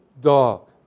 dog